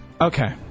Okay